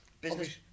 business